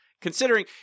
Considering